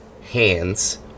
hands